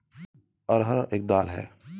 अरहर एक दाल है